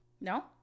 No